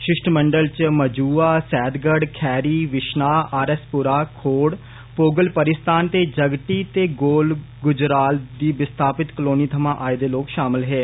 शिष्टमंडल च Majua Saidgarh Khairi Bishnah R S Pura Khour Pogal Paristan ते जगटी ते गोल गुजराल दे विस्थापित कलोनी थमा आाए दे लोक शामल हे